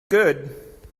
good